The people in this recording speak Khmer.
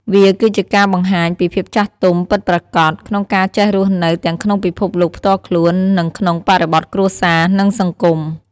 វាគឺជាការបង្ហាញពីភាពចាស់ទុំពិតប្រាកដ ក្នុងការចេះរស់នៅទាំងក្នុងពិភពលោកផ្ទាល់ខ្លួន និងក្នុងបរិបទគ្រួសារ និងសង្គម។